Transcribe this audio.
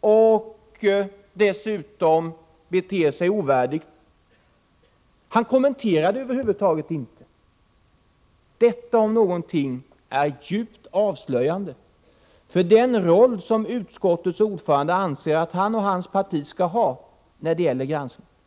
och dessutom betedde sig ovärdigt. Olle Svensson kommenterar det över huvud taget inte. Detta om något är djupt avslöjande när det gäller den roll som utskottets ordförande anser att han och hans parti skall spela vid granskningen.